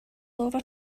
over